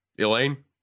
elaine